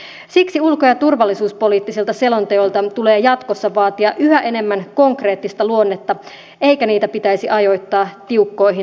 siksi ulko ja turvallisuuspoliittisilta selonteoilta tulee jatkossa vaatia yhä enemmän konkreettista luonnetta eikä niitä pitäisi ajoittaa tiukkoihin vuosirytmeihin